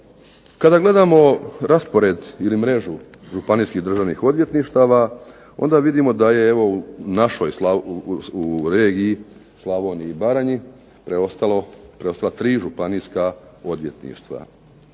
Kada gledamo raspored ili mrežu županijskih državnih odvjetništava onda vidimo da je evo u našoj regiji Slavoniji i Baranji preostala tri županijska odvjetništva.